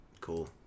Cool